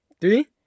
Three